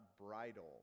bridle